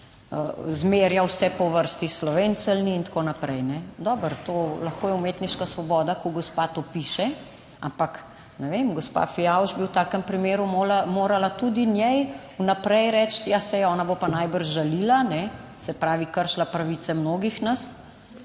zmerjal vse po vrsti Slovenceljni in tako naprej. Dobro, to lahko je umetniška svoboda, ko gospa to piše, ampak ne vem, gospa Fijavž bi v takem primeru morala tudi njej vnaprej reči, ja, saj ona bo pa najbrž žalila, se pravi kršila pravice mnogih nas